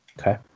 Okay